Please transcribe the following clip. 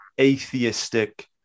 atheistic